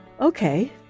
Okay